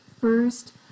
First